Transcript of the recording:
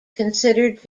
considered